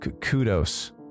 kudos